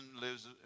lives